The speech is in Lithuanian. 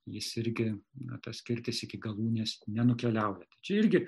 jis irgi na tas kirtis iki galūnės nenukeliauja čia irgi